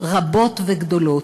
רבות וגדולות.